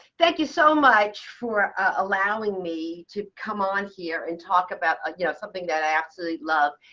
thank you so much for allowing me to come on here and talk about ah you know something that i absolutely love.